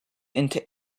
into